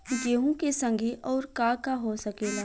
गेहूँ के संगे आऊर का का हो सकेला?